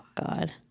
god